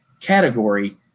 category